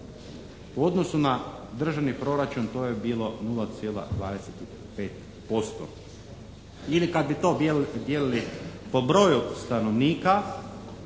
U odnosu na državni proračun to je bilo 0,25%. Ili kad bi to dijelili po broju stanovnika,